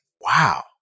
wow